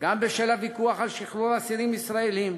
גם בשל הוויכוח על שחרור אסירים ישראלים,